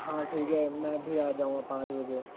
हाँ ठीक है मैं भी आ जाऊंगा पाँच बजे